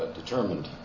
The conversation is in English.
determined